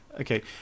Okay